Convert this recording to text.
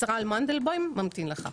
ישראל מנדלבוים ממתין לך,